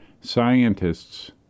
scientists